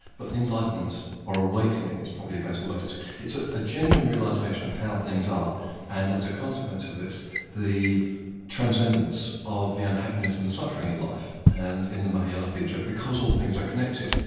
but enlightenment, or awakening, is probably a better word. it's it's ah a genuine realisation of how things are and as a consequence of this the transcendence of the unhappiness and the suffering in life, and in the mahayana picture, because all things are connected,